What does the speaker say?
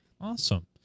Awesome